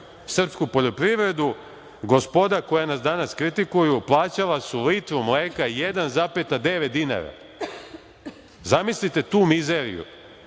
srpsku poljoprivredu, gospoda koja nas danas kritikuju plaćala su litru mleka 1,9 dinara. Zamislite tu mizeriju.